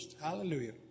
Hallelujah